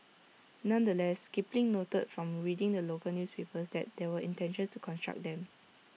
nonetheless Kipling noted from reading the local newspapers that there were intentions to construct them